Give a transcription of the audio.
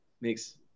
makes